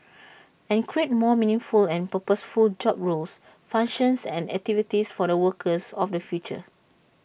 and create more meaningful and purposeful job roles functions and activities for the workers of the future